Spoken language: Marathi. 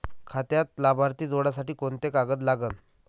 खात्यात लाभार्थी जोडासाठी कोंते कागद लागन?